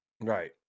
Right